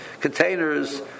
containers